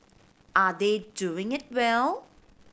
are they doing it well